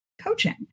coaching